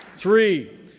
Three